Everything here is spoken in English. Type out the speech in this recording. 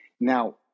now